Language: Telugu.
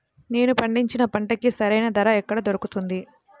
నేను పండించిన పంటకి సరైన ధర ఎక్కడ దొరుకుతుంది?